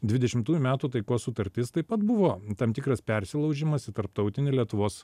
dvidešimtųjų metų taikos sutartis taip pat buvo tam tikras persilaužimas į tarptautinį lietuvos